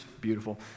beautiful